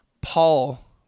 Paul